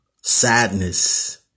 sadness